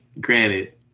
granted